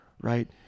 right